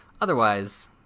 Otherwise